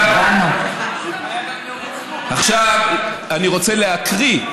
עכשיו, אני רוצה להקריא,